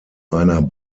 einer